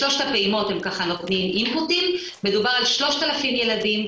בשלושת הפעימות הם נותנים אינפוטים מדובר על 3,000 ילדים,